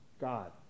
God